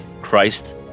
Christ